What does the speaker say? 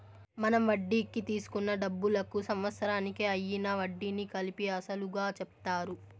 మనం వడ్డీకి తీసుకున్న డబ్బులకు సంవత్సరానికి అయ్యిన వడ్డీని కలిపి అసలుగా చెప్తారు